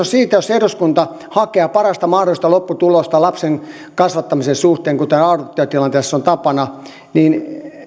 siitä että jos eduskunta hakee parasta mahdollista lopputulosta lapsen kasvattamisen suhteen kuten adoptiotilanteessa on tapana niin